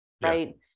right